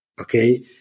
Okay